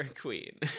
Queen